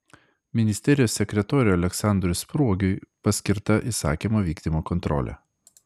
ministerijos sekretoriui aleksandrui spruogiui paskirta įsakymo vykdymo kontrolė